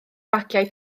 bagiau